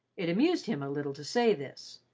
it amused him a little to say this,